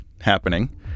happening